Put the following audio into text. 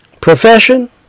profession